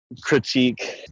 critique